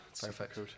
Perfect